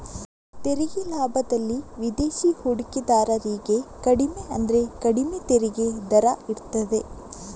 ತೆರಿಗೆ ಲಾಭದಲ್ಲಿ ವಿದೇಶಿ ಹೂಡಿಕೆದಾರರಿಗೆ ಕಡಿಮೆ ಅಂದ್ರೆ ಕಡಿಮೆ ತೆರಿಗೆ ದರ ಇರ್ತದೆ